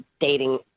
dating